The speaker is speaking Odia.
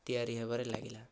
ତିଆରି ହେବାରେ ଲାଗିଲା